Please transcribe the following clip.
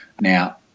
Now